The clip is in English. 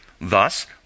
Thus